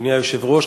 אדוני היושב-ראש,